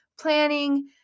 planning